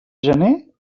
gener